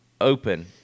open